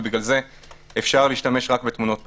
ולכן אפשר להשתמש רק בתמונות פנים.